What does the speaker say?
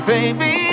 Baby